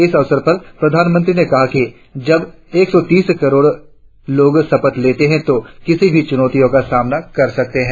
इस अवसर पर प्रधानमंत्री ने कहा कि जब एक सौ तीस करोड़ लोग शपथ लेते है तो किसी भी चुनौती का सामना कर सकते है